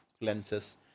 lenses